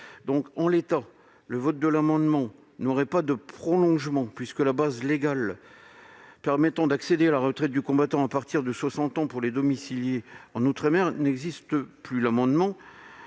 En l'état, le vote de l'amendement n'aurait pas d'effet concret, puisque la base légale permettant d'accéder à la retraite du combattant à partir de 60 ans pour les domiciliés en outre-mer n'existe plus- un amendement